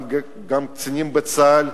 גם קצינים בצה"ל,